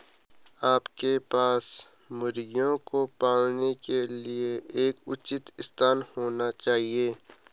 आपके पास मुर्गियों को पालने के लिए एक उचित स्थान होना चाहिए